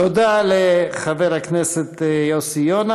תודה לחבר הכנסת יוסי יונה.